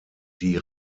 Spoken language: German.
die